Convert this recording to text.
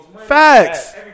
Facts